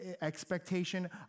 expectation